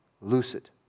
lucid